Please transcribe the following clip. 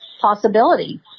possibility